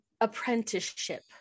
apprenticeship